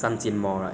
mm